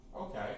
Okay